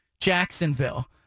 Jacksonville